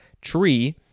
tree